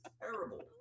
terrible